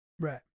Right